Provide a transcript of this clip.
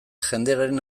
jendearen